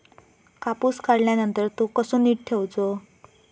कापूस काढल्यानंतर तो कसो नीट ठेवूचो?